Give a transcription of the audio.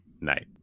night